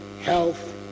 health